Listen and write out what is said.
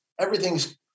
Everything's